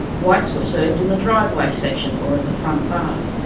whites were served in the driveway section or at the front bar.